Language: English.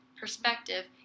perspective